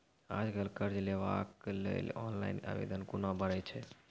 आज कल कर्ज लेवाक लेल ऑनलाइन आवेदन कूना भरै छै?